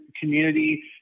community